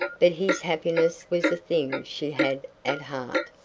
but his happiness was a thing she had at heart.